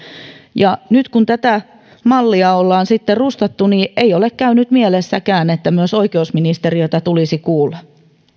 nyt kun tätä mallia ollaan sitten rustattu ei ole käynyt mielessäkään että myös oikeusministeriötä tulisi kuulla